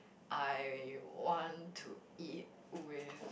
I want to eat with